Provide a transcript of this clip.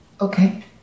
Okay